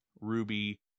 Ruby